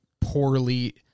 poorly